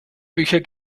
bücher